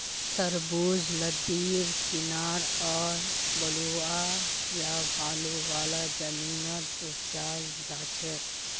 तरबूज लद्दीर किनारअ बलुवा या बालू वाला जमीनत उपजाल जाछेक